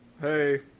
Hey